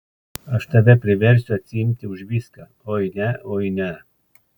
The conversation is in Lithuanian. aš tave priversiu atsiimti už viską oi ne oi ne